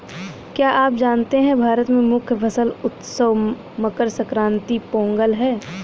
क्या आप जानते है भारत में मुख्य फसल उत्सव मकर संक्रांति, पोंगल है?